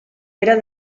era